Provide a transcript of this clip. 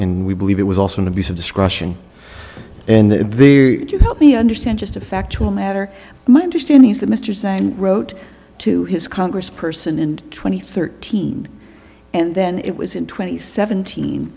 and we believe it was also an abuse of discretion and the you help me understand just a factual matter my understanding is that mr saying wrote to his congress person and twenty thirteen and then it was in twenty seventeen